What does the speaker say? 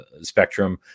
spectrum